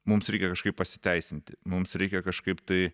mums reikia kažkaip pasiteisinti mums reikia kažkaip tai